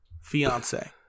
fiance